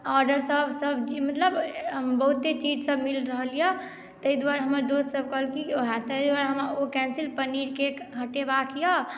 order सब मतलब बहुते चीज सब मिल रहल यऽ तै दुआरे हमर दोस सब कहलक कि तै दुआरे ओ कैंसिल पनीर केँ हटएबाक यऽ